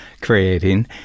creating